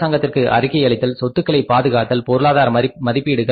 அரசாங்கத்திற்கு அறிக்கை அளித்தல் சொத்துக்களை பாதுகாத்தல் பொருளாதார மதிப்பீடுகள்